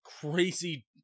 crazy